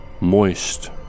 moist